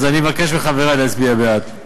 אני מבקש מחברי להצביע בעד.